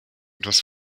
etwas